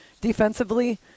Defensively